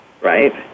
right